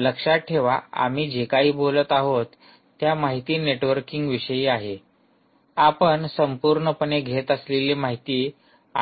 लक्षात ठेवा आम्ही हे जे काही बोलत आहोत त्या माहिती नेटवर्कविषयी आहे आपण संपूर्णपणे घेत असलेली माहिती